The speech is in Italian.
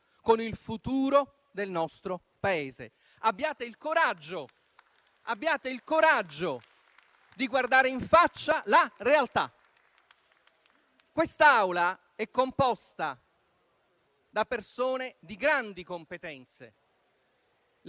Quest'Assemblea è composta da persone di grandi competenze; l'errore sta nel credere che il *vulnus* del Paese risieda nel funzionamento del Parlamento.